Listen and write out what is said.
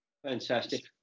Fantastic